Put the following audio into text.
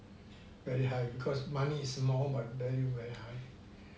very high because money is small but value very high